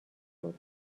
بود